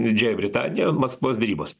didžiąja britanija maskvos derybos